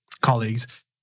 colleagues